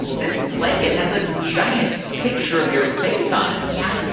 this blanket has a giant picture of your face on it yeah,